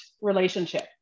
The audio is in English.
relationship